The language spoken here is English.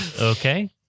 okay